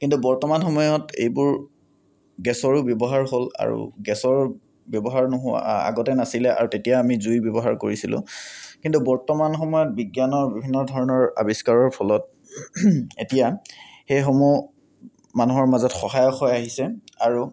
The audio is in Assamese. কিন্তু বৰ্তমান সময়ত এইবোৰ গেছৰো ব্যৱহাৰ হ'ল আৰু গেছৰ ব্যৱহাৰ নোহোৱা আগতে নাছিলে আৰু তেতিয়া আমি জুই ব্যৱহাৰ কৰিছিলোঁ কিন্তু বৰ্তমান সময়ত বিজ্ঞানৰ বিভিন্ন ধৰণৰ আৱিষ্কাৰৰ ফলত এতিয়া সেইসমূহ মানুহৰ মাজত সহায়ক হৈ আহিছে আৰু